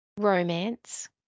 Romance